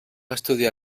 estudiar